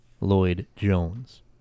Lloyd-Jones